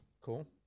Cool